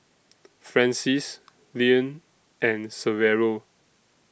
Francies Leann and Severo